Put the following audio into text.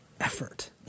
effort